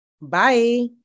Bye